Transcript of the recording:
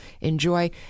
enjoy